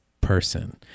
person